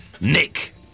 Nick